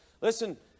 Listen